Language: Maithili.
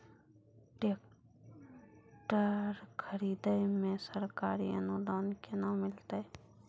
टेकटर खरीदै मे सरकारी अनुदान केना मिलतै?